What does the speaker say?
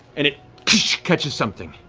and it catches something.